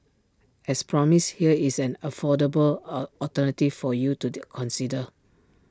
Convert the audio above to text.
as promised here is an affordable A alternative for you to the consider